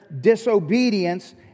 disobedience